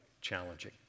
challenging